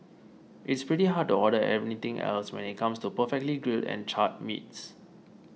it's pretty hard to order anything else when it comes to perfectly grilled and charred meats